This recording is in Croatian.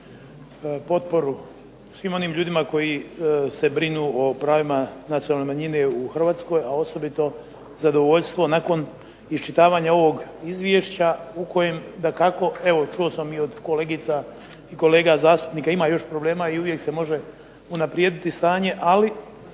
potporu svim onim ljudima koji se brinu o pravima nacionalne manjine u Hrvatskoj, a osobito zadovoljstvo nakon iščitavanja ovog izvješća u kojem dakako evo čuo sam i od kolegica i kolega zastupnika ima još problema i uvijek se može unaprijediti stanje. Ali